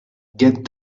get